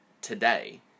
today